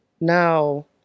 now